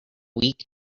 weak